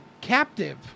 Captive